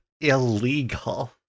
illegal